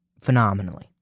phenomenally